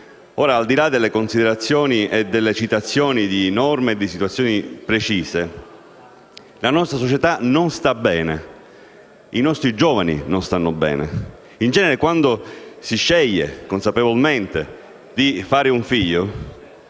Al di là delle considerazioni e delle citazioni di norme e situazioni precise, la nostra società non sta bene, i nostri giovani non stanno bene. In genere, quando si sceglie consapevolmente di fare un figlio,